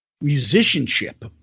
musicianship